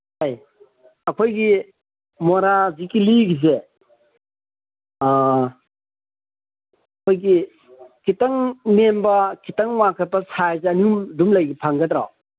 ꯑꯩꯈꯣꯏꯒꯤ ꯃꯣꯔꯥ ꯁꯤ ꯂꯤꯒꯤꯁꯦ ꯑꯩꯈꯣꯏꯒꯤ ꯈꯤꯇꯪ ꯅꯦꯝꯕ ꯈꯤꯇꯪ ꯋꯥꯡꯈꯠꯄ ꯁꯥꯏꯖ ꯑꯅꯤ ꯑꯗꯨꯝ ꯂꯩꯒꯗ꯭ꯔꯣ